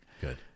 Good